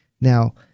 Now